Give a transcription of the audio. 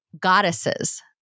goddesses